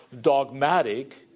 dogmatic